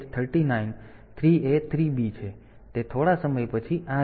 તેથી તે થોડા સમય પછી આ રીતે જશે